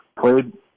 played